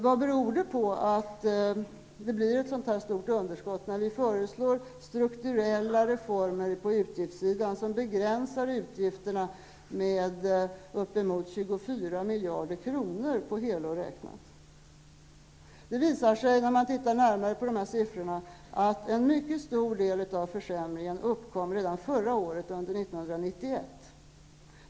Vad beror det på att det blir ett så pass stort underskott, när vi föreslår strukturella reformer på utgiftssidan som begränsar utgifterna med uppemot 24 miljarder kronor på helår räknat? När man tittar närmare på dessa siffror visar det sig att en mycket stor del av försämringen uppkom redan förra året, 1991.